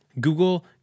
Google